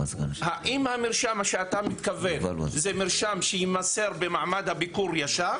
האם המרשם שאתה מתכוון זה מרשם שיימסר במעמד הביקור ישר?